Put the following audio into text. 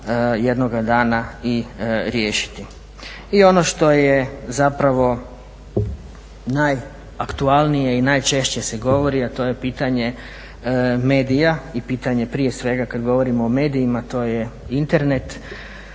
jednoga dana i riješiti. I ono što je najaktualnije i najčešće se govori, a to je pitanje medija i pitanje prije svega kada govorimo o medijima to je Internet,